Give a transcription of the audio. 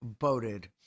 voted